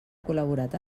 col·laborat